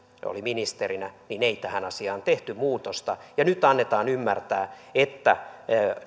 oli ministerinä tähän asiaan tehty muutosta mutta nyt annetaan ymmärtää että